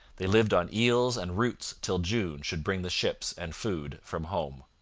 they lived on eels and roots till june should bring the ships and food from home.